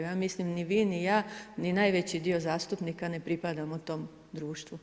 Ja mislim ni vi ni ja, no najveći dio zastupnika ne pripadamo tom društvu.